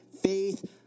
faith